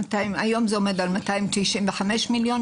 היום זה עומד על 295 מיליון,